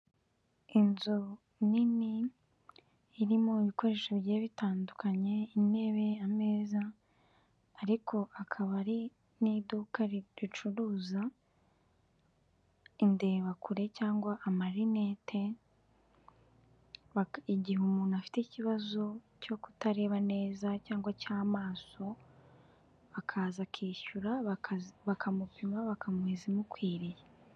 Inzu nini irimo ibikoresho bigiye bitandukanye intebe, ameza ariko akaba ari n'iduka ricuruza indebakure cyangwa amarinete igihe umuntu afite ikibazo cyo kutareba neza cyangwa cy'amaso, akaza akishyura bakamupima bakamuha izimukwiriye.